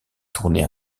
tournée